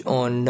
on